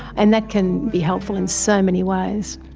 and that can be helpful in so many ways.